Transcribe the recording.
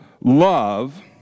love